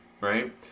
right